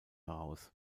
heraus